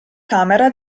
camera